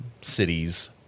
cities